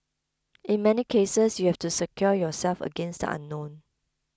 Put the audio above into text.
in many cases you have to secure yourself against the unknown